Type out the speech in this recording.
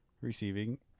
receiving